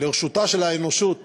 של האנושות